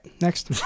Next